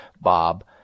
Bob